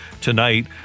tonight